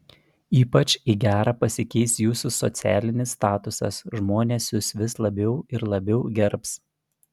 ypač į gerą pasikeis jūsų socialinis statusas žmonės jus vis labiau ir labiau gerbs